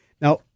Now